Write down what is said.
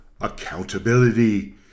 accountability